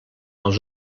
els